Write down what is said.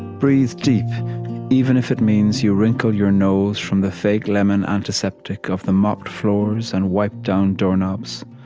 breathe deep even if it means you wrinkle your nose from the fake-lemon antiseptic of the mopped floors and wiped-down doorknobs.